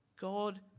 God